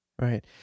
Right